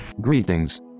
Greetings